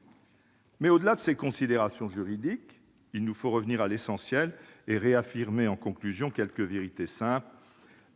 ! Au-delà de ces considérations juridiques, il nous faut revenir à l'essentiel et réaffirmer en conclusion quelques vérités simples.